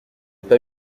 pas